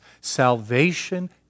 salvation